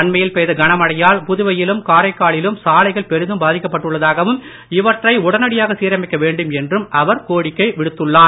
அண்மையில் பெய்த கன மழையால் புதுவையிலும் காரைக்காலிலும் சாலைகள் பெரிதும் பாதிக்கப் பட்டுள்ளதாகவும் இவற்றை உடனடியாக சீரமைக்க வேண்டும் என்றும் அவர் கோரிக்கை விடுத்துள்ளார்